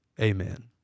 amen